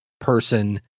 person